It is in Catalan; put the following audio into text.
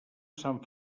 sant